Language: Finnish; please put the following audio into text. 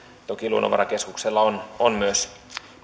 toki luonnonvarakeskuksella on on myös